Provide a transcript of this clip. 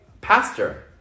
pastor